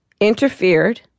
interfered